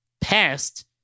passed